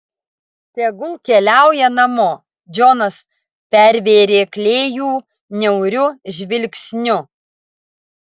tegul keliauja namo džonas pervėrė klėjų niauriu žvilgsniu